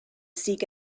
seek